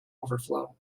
overflow